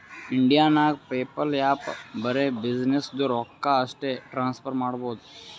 India ನಾಗ್ PayPal app ಬರೆ ಬಿಸಿನ್ನೆಸ್ದು ರೊಕ್ಕಾ ಅಷ್ಟೇ ಟ್ರಾನ್ಸಫರ್ ಮಾಡಬೋದು